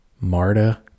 Marta